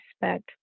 respect